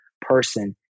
person